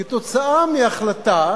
זה כתוצאה מהחלטה